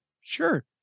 Sure